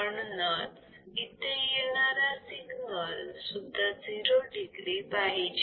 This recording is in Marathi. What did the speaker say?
म्हणूनच इथे येणारा सिग्नल सुद्धा 0 degree पाहिजे